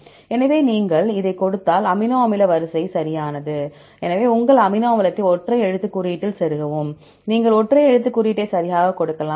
எனவே இதை நீங்கள் கொடுத்தால் உங்கள் அமினோ அமில வரிசை சரியானது எனவே உங்கள் அமினோ அமிலத்தை ஒற்றை எழுத்து குறியீட்டில் செருகவும் நீங்கள் ஒற்றை எழுத்து குறியீட்டை சரியாக கொடுக்கலாம்